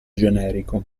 generico